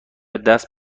دست